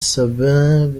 sabin